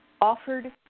Offered